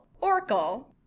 oracle